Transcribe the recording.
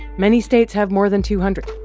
many states have more than two hundred,